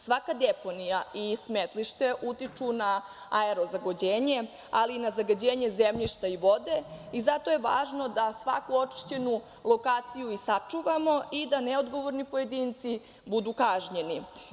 Svaka deponija i smetlište utiču na aero-zagađenje, ali i na zagađenje zemljišta i vode i zato je važno da svaku očišćenu lokaciju sačuvamo i da neodgovorni pojedinci budu kažnjeni.